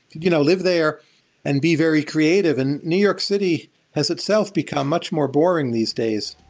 you know lived there and be very creative. and new york city has, itself, become much more boring these days.